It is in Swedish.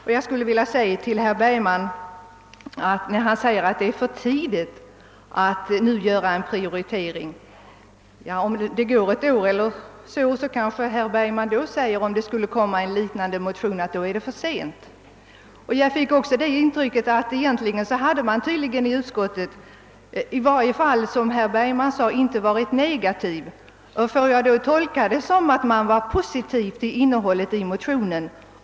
Med anledning av herr Bergmans uttalande att det är för tidigt att nu göra en prioritering skulle jag vilja säga, att herr Bergman, i händelse av att en liknande motion väckes om ungefär ett år, kanske menar att det då är för sent. Jag fick också intrycket av herr Bergmans anförande, att utskottet egentligen inte varit negativt. Får jag tolka detta som att utskottet var positivt inställt till innehållet i motionen?